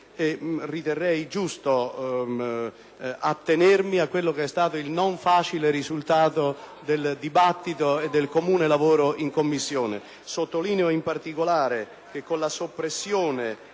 e ritengo giusto attenermi al non facile risultato del dibattito e del comune lavoro in Commissione. Sottolineo, in particolare, che con la soppressione